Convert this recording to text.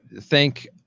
thank